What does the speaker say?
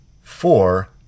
Four